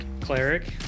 cleric